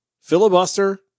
filibuster